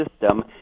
system